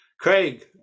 craig